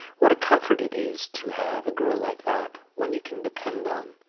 what a comfort it is to have a girl like that, one you can depend on!